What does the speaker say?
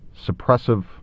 suppressive